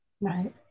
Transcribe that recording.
Right